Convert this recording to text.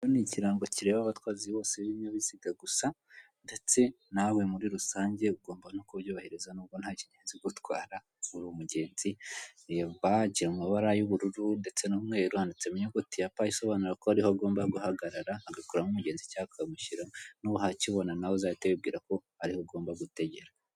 Ni ikirango kireba abatwazi bose b'ibinyabiziga gusa ndetse nawe muri rusange ugomba no kubyubahiriza nubwo ntakinyabiziga utwara uri umugenzi reba kiri mu mabara y'ubururu ndetse n'umweru handitseho inyuguti ya pa isobanura ko ariho agomba guhagarara agakora nk'umugenzi cyangwa akamushyiramo nuhakibona nawe uzahita wibwira ko ariho ugomba gutegera.